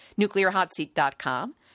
NuclearHotSeat.com